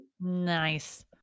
Nice